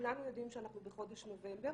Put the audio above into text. כולנו יודעים שאנחנו בחודש נובמבר,